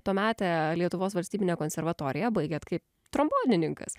tuometę lietuvos valstybinę konservatoriją baigėt kaip trombonininkas